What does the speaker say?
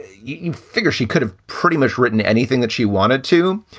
you figure she could have pretty much written anything that she wanted to.